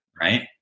right